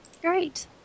great